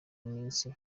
minsi